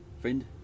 Friend